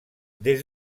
des